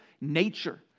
nature